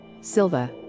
Silva